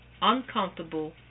uncomfortable